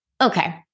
okay